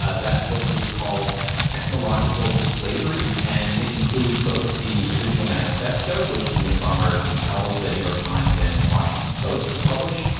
ah that book is called technological slavery, and it includes both the original manifesto, which the unabomber compelled the new york times and washington post to publish,